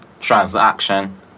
transaction